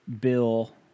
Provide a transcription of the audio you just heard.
Bill